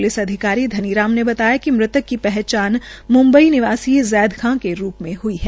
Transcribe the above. police अधिकारी धनीराम ने बताया कि मृतक की पहचान म्म्बई निवासी जैदखा के रूप में हई है